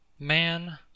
Man